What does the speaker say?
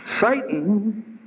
Satan